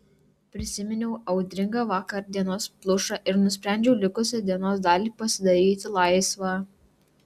prisiminiau audringą vakardienos plušą ir nusprendžiau likusią dienos dalį pasidaryti laisvą